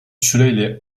süreyle